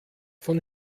von